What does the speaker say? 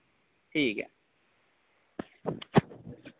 ठीक ऐ